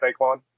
Saquon